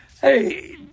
Hey